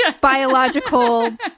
biological